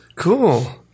cool